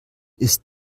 ist